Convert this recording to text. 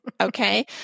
okay